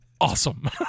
awesome